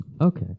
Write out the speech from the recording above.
Okay